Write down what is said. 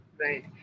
right